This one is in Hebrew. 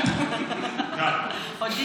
או Dislike.